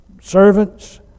servants